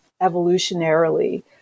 evolutionarily